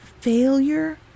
failure